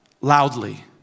loudly